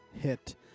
hit